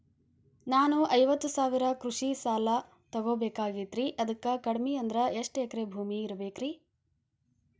ನಾನು ಐವತ್ತು ಸಾವಿರ ಕೃಷಿ ಸಾಲಾ ತೊಗೋಬೇಕಾಗೈತ್ರಿ ಅದಕ್ ಕಡಿಮಿ ಅಂದ್ರ ಎಷ್ಟ ಎಕರೆ ಭೂಮಿ ಇರಬೇಕ್ರಿ?